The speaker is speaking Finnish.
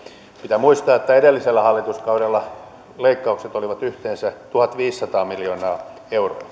pitää muistaa että edellisellä hallituskaudella leikkaukset olivat yhteensä tuhatviisisataa miljoonaa euroa